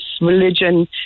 religion